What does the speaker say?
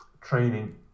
training